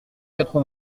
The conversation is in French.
quatre